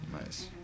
Nice